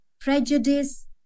prejudice